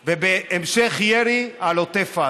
ובהמשך, ירי על עוטף עזה.